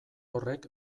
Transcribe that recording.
horrek